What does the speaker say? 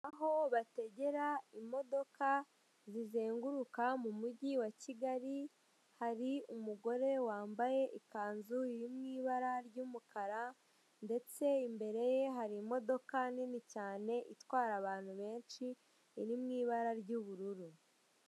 Aho bategera imodoka zizenguruka mu mujyi wa Kigali, hari umugore wambaye ikanzu iri mu ibara ry'umukara, ndetse imbere ye hari imodoka nini cyane itwara abantu benshi, iri mu ibara ry'ubururu.